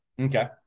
Okay